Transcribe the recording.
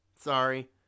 Sorry